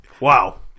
Wow